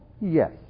Yes